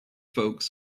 folks